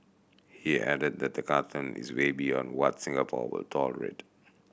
he added that the cartoon is way beyond what Singapore will tolerate